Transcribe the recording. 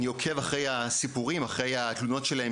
אני עוקב אחר הסיפורים שלהם ואחר התלונות שלהם,